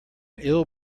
ill